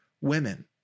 women